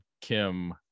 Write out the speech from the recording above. Kim